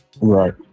Right